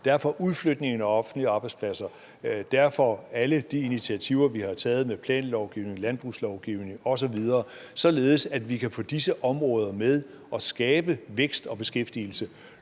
Derfor udflytningen af offentlige arbejdspladser; derfor alle de initiativer, vi har taget, med planlovgivning, landbrugslovgivning osv., således at vi kan få disse områder med og skabe vækst og beskæftigelse.